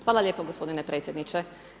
Hvala lijepo gospodine predsjedniče.